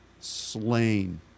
slain